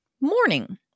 morning